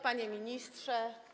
Panie Ministrze!